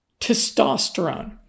testosterone